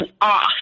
off